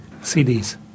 CDs